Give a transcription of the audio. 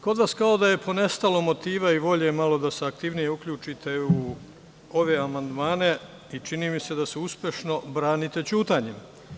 Kod vas kao da je ponestalo motiva i volje malo da se aktivnije uključite u ove amandmane i čini mi se da se uspešno branite ćutanjem.